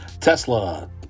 Tesla